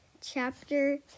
chapter